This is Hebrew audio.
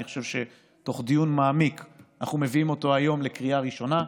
אני חושב שתוך דיון מעמיק אנחנו מביאים אותו היום לקריאה ראשונה,